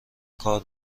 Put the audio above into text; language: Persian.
کار